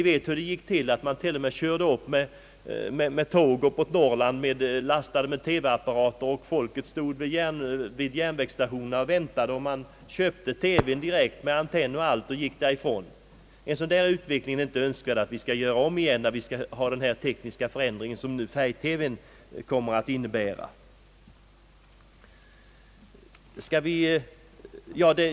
Man körde då t.ex. upp tåg till Norrland lastade med TV-apparater, och folk stod och väntade vid järnvägsstationerna, där man köpte apparaterna med antenn och allt. En sådan utveckling vill vi inte ännu en gång uppleva i samband med den tekniska förändring som införandet av färg-TV innebär.